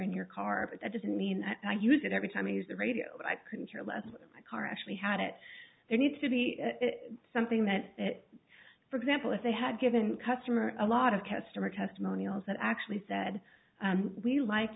in your car but that doesn't mean i use it every time you use the radio but i couldn't care less my car actually had it there needs to be something that for example if they had given customers a lot of testament testimonials that actually said we like